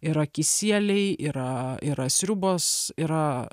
yra kisieliai yra yra sriubos yra